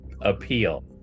appeal